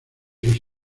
sus